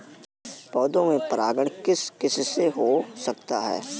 पौधों में परागण किस किससे हो सकता है?